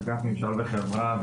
אגף ממשל וחברה,